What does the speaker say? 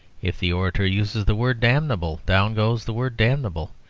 if the orator uses the word damnable, down goes the word damnable.